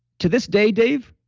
to this day, dave,